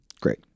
Great